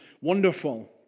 wonderful